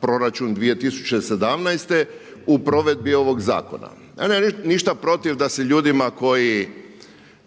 proračun 2017. u provedbi ovog zakona. Nemam ja ništa protiv da se ljudima koji